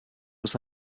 was